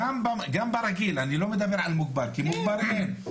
גם ברגיל, אני לא מדבר על מוגבר, כי מוגבר אין.